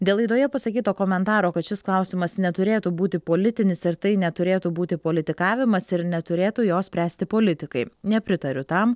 dėl laidoje pasakyto komentaro kad šis klausimas neturėtų būti politinis ir tai neturėtų būti politikavimas ir neturėtų jo spręsti politikai nepritariu tam